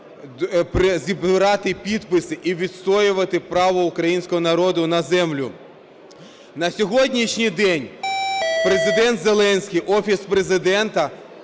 зібрати підписи і відстоювати право українського народу на землю. На сьогоднішній день Президент Зеленський, Офіс Президента